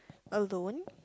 alone